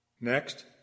Next